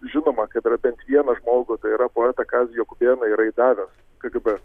žinoma kad yra bent vieną žmogų tai yra poetą kazį jokubėną yra įdavęs kgb